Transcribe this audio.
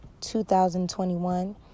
2021